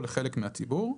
או לחלק מהציבור,